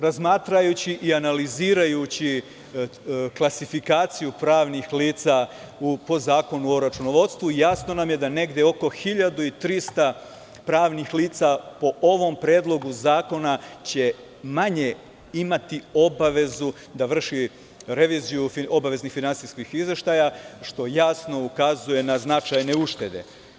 Razmatrajući i analizirajući klasifikaciju pravnih lica u pod zakonu o računovodstvu jasno nam je da negde oko 1300 pravnih lica, po ovom predlogu zakona, će manje imati obavezu da vrši reviziju obaveznih finansijskih izveštaja, što jasno ukazuje na značajne uštede.